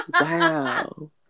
Wow